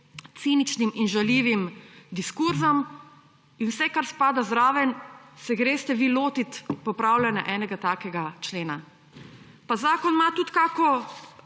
ciničnim in žaljivim diskurzom in vsem, kar spada zraven, se greste vi lotiti popravljanja enega takega člena. Pa zakon ima tudi kakšno